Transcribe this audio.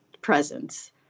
presence